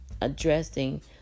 addressing